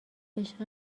عشق